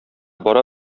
бара